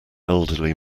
elderly